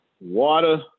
water